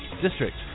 district